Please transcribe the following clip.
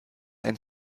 ein